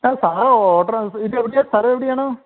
അത് സാറേ ഓർഡർ അനുസരിച്ച് ഇത് എവിടെയാണ് സ്ഥലം എവിടെയാണ്